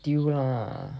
丢 lah